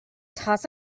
toss